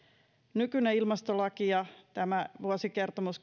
nykyinen ilmastolaki ja tämä vuosikertomus